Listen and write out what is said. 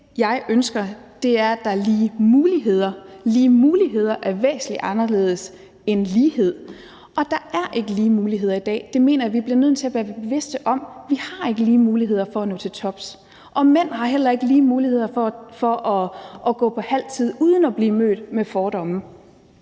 jeg ønsker, er, at der er lige muligheder, og lige muligheder er væsentlig anderledes end lighed. Og der er ikke lige muligheder i dag, og det mener jeg vi bliver nødt til at være bevidst om. Vi har ikke lige muligheder for at nå til tops, og mænd har heller ikke lige muligheder for at gå på halv tid uden at blive mødt med fordomme.